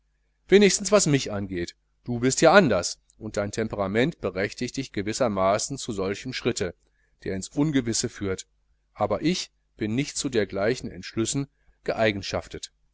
wenigstens was mich angeht du bist ja anders und dein temperament berechtigt dich gewissermaßen zu einem solchen schritte der ins ungewisse führt aber ich bin nicht zu dergleichen kühnen entschlüssen geeigenschaftet